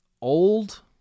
old